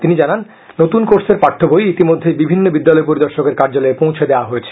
তিনি জানান নতুন কোর্সের পাঠ্যবই ইতিমধ্যেই বিভিন্ন বিদ্যালয় পরিদর্শকের কার্যালয়ে পৌছে দেওয়া হয়েছে